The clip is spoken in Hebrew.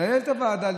נגדיל את הוועדה,